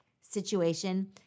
situation